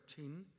13